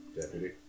deputy